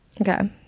okay